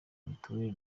mitiweli